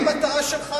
מה המטרה שלך,